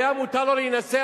היה מותר לו להינשא,